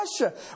Russia